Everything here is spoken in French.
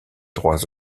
trois